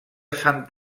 sant